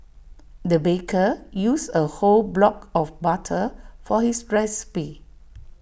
the baker used A whole block of butter for his recipe